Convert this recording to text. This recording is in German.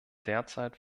derzeit